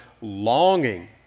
longing